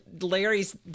Larry's